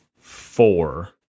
four